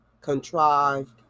contrived